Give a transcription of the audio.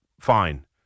Fine